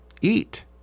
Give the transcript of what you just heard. eat